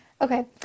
Okay